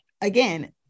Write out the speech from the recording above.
Again